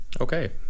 Okay